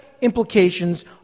implications